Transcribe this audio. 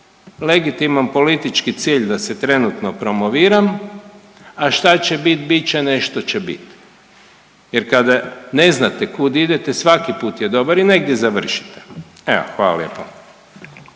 legitiman politički cilj da se trenutno promoviram, a šta će bit bit će, nešto će bit jer kada ne znate kud idete svaki put je dobar i negdje završite, evo hvala lijepo.